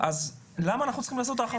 אז למה צריך לעשות את זה?